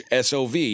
SOV